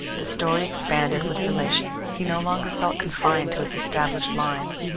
the story expanded with relation. he no longer felt confined to its established lines.